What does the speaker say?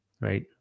Right